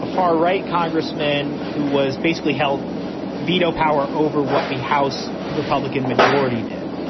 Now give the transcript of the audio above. a far right congressman who was basically held veto power over what the house republican majority did.